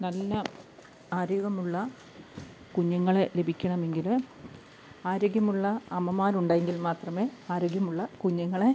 നല്ല ആരോഗ്യമുള്ള കുഞ്ഞുങ്ങളെ ലഭിക്കണമെങ്കിൽ ആരോഗ്യമുള്ള അമ്മമാരുണ്ടെങ്കിൽ മാത്രമേ ആരോഗ്യമുള്ള കുഞ്ഞുങ്ങളെ